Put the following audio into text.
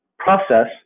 process